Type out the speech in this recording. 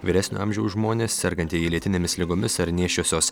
vyresnio amžiaus žmonės sergantieji lėtinėmis ligomis ar nėščiosios